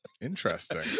Interesting